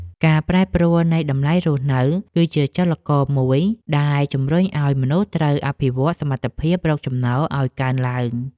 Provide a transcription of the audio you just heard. ការប្រែប្រួលនៃតម្លៃរស់នៅ គឺជាចលករមួយដែលជំរុញឱ្យមនុស្សត្រូវអភិវឌ្ឍសមត្ថភាពរកចំណូលឱ្យកើនឡើង។